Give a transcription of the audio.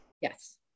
Yes